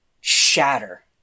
shatter